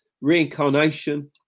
reincarnation